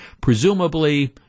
presumably